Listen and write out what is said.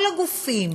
כל הגופים